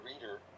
reader